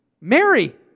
Mary